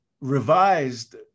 revised